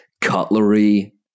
Cutlery